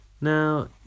Now